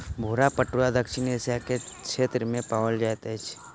भूरा पटुआ दक्षिण एशिया के क्षेत्र में पाओल जाइत अछि